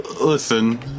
Listen